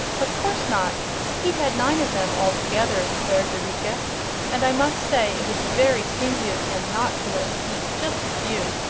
of course not he had nine of them, altogether, declared eureka and i must say it was very stingy of him not to let me eat just a few.